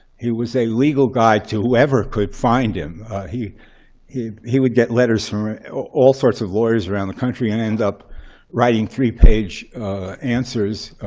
he was a legal guide to whoever could find him. he he would get letters from all sorts of lawyers around the country and end up writing three page answers,